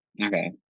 Okay